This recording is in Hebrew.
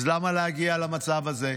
אז למה להגיע למצב הזה?